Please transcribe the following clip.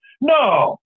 No